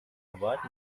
award